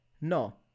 No